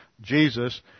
Jesus